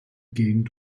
gegend